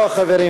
לא, חברים.